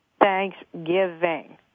Thanksgiving